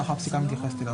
כך הפסיקה מתייחסת אליו,